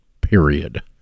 period